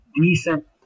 decent